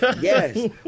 Yes